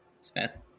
Smith